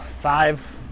Five